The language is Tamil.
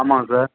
ஆமாம்ங்க சார்